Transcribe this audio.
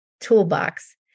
toolbox